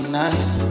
nice